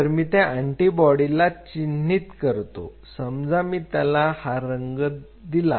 तर मी त्या अँटीबॉडीला चिन्हित करतो समजा मी त्याला हा रंग दिला